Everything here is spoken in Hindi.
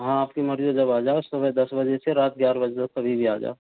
हाँ आपकी मर्जी जब आ जाओ उस समय दस बजे से रात ग्यारह बजे तक कभी भी आ जाओ